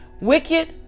Wicked